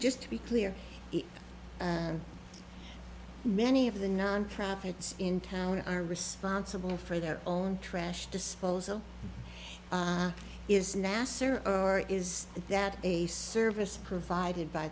just to be clear many of the nonprofits in town are responsible for their own trash disposal is nasser or is that a service provided by